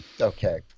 okay